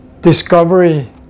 Discovery